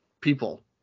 people